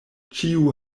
ĉiu